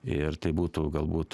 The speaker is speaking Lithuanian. ir tai būtų galbūt